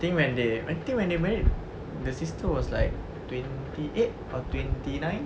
think when they think when they married the sister was like twenty eight or twenty nine